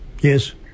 yes